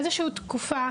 איזושהי תקופה.